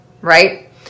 right